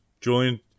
Julian